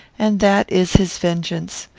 and that is his vengeance.